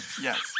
Yes